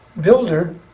builder